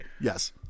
Yes